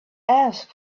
ask